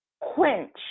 Quench